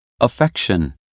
affection